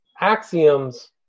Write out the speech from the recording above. axioms